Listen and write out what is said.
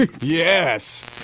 Yes